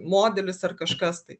modelis ar kažkas tai